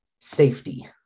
safety